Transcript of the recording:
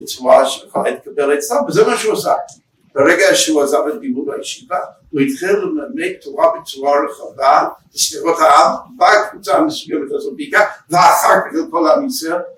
בצורה שיכולה להתקבל אצלם וזה מה שהוא עושה. ברגע שהוא עזב את לימוד הישיבה, הוא התחיל ללמד תורה בצורה רחבה, בסביבות העם ועד קבוצה מסוימת...ואז לכל עם ישראל